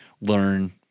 learn